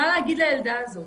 מה להגיד לילדה הזאת?